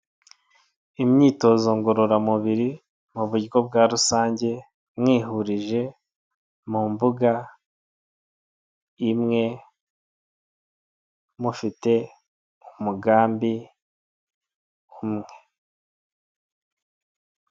Imyitozo ngororamubiri mu buryo bwa rusange mwihurije mu mbuga imwe mufite umugambi umwe.